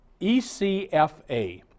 ECFA